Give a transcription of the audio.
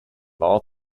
all